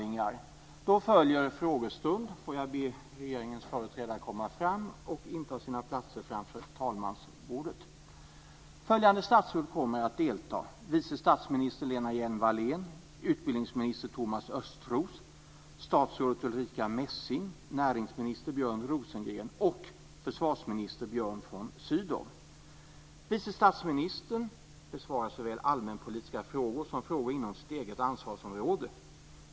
Nu följer frågestund. Jag ber regeringens företrädare att komma fram och inta sina platser framför talmansbordet. Följande statsråd kommer att delta: Vice statsminister Lena Hjelm-Wallén, utbildningsminister Thomas Östros, statsrådet Ulrica Messing, näringsminister Björn Rosengren och försvarsminister Björn von Vice statsministern besvarar såväl allmänpolitiska frågor som frågor inom sitt eget ansvarsområde.